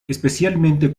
especialmente